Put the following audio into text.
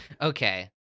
Okay